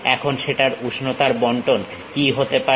এখন সেটার উষ্ণতার বন্টন কি হতে পারে